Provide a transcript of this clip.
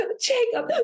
Jacob